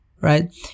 right